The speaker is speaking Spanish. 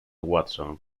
watson